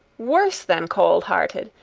worse than cold-hearted!